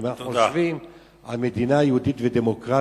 אם אנחנו חושבים על מדינה יהודית ודמוקרטית,